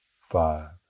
five